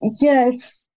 yes